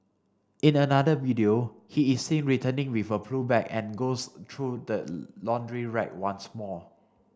in another video he is seen returning with a blue bag and goes through the laundry rack once more